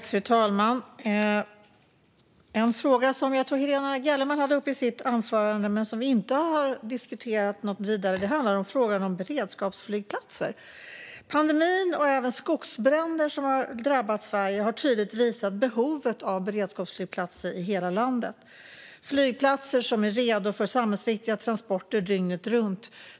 Fru talman! En fråga som jag tror att Helena Gellerman tog upp i sitt anförande men som vi inte har diskuterat är frågan om beredskapsflygplatser. Pandemin och även de skogsbränder som drabbat Sverige har tydligt visat behovet av beredskapsflygplatser i hela landet, flygplatser som är redo för samhällsviktiga transporter dygnet runt.